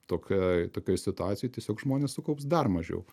tokia tokioj situacijoj tiesiog žmonės sukaups dar mažiau